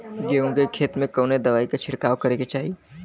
गेहूँ के खेत मे कवने दवाई क छिड़काव करे के चाही?